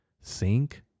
sink